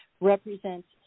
represents